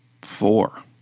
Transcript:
four